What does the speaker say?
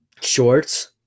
shorts